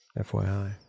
FYI